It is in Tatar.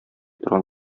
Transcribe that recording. торган